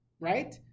right